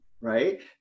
right